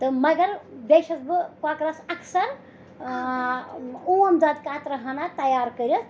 تہٕ مگر بیٚیہِ چھَس بہٕ کۄکرَس اَکثَر اوم دۄد کَترٕ ہِنا تیار کٔرِتھ